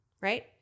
right